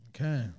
Okay